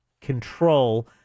Control